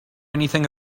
anything